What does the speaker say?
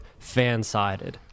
FANSIDED